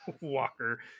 Walker